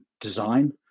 design